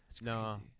No